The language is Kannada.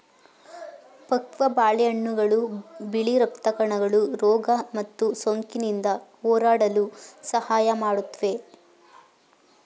ಪಕ್ವ ಬಾಳೆಹಣ್ಣುಗಳು ಬಿಳಿ ರಕ್ತ ಕಣಗಳು ರೋಗ ಮತ್ತು ಸೋಂಕಿನಿಂದ ಹೋರಾಡಲು ಸಹಾಯ ಮಾಡುತ್ವೆ